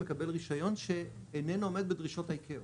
מקבל רישיון שאיננו עומד בדרישות ה-ICAO.